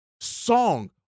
song